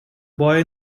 boy